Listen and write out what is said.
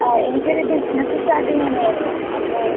ആ എനിക്കൊരു business start ചെയ്യാനായിരുന്നു അപ്പോൾ